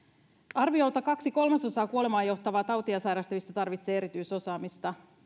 arviolta kaksi kolmasosaa kuolemaan johtavaa tautia sairastavista tarvitsee erityisosaamista